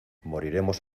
moriremos